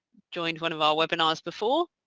joined one of our webinars before.